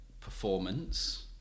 performance